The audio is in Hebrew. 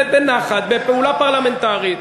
בנחת, בפעולה פרלמנטרית.